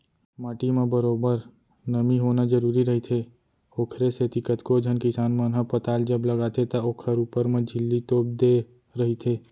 माटी म बरोबर नमी होना जरुरी रहिथे, ओखरे सेती कतको झन किसान मन ह पताल जब लगाथे त ओखर ऊपर म झिल्ली तोप देय रहिथे